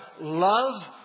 love